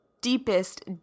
deepest